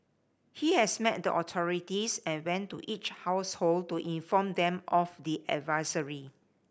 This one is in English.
he has met the authorities and went to each household to inform them of the advisory